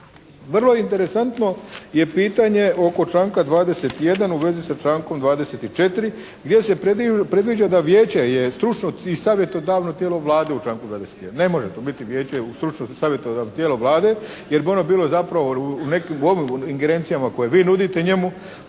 Vrlo je interesantno je pitanje oko članka 21. u vezi sa člankom 24. gdje se predviđa da vijeće je stručno i savjetodavno tijelo Vlade u članku 21. Ne može to biti vijeće stručno i savjetodavno tijelo Vlade jer bio no bilo zapravo u nekim ingerencijama koje vi nudite njemu,